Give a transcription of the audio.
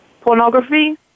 pornography